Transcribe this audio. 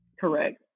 correct